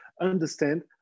Understand